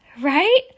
right